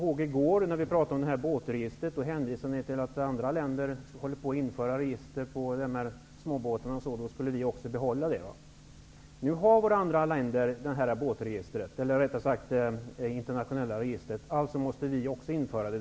I går när vi talade om båtregistret, hänvisade ni till att andra länder håller på att införa register för småbåtar och att vi därför skulle behålla detta register. Nu har andra länder internationella sjöfartsregister. Alltså måste också vi införa det.